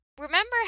remember